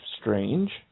strange